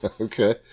Okay